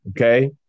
Okay